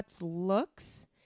looks